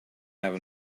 have